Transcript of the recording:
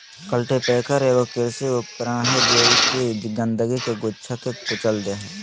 cultipacker एगो कृषि उपकरण हइ जे कि गंदगी के गुच्छा के कुचल दे हइ